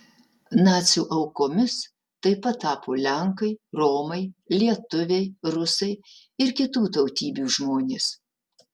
nacių aukomis taip pat tapo lenkai romai lietuviai rusai ir kitų tautybių žmonės